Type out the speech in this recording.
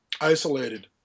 isolated